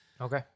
Okay